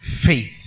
faith